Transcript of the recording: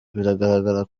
bigaragara